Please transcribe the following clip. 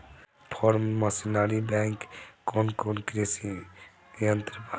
Form machinery bank में कौन कौन कृषि यंत्र बा?